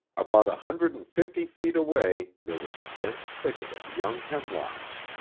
about a hundred and fifty feet away there was a dense thicket of young hemlocks,